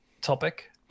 topic